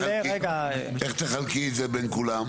איך תחלקי את זה בין כולם?